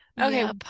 Okay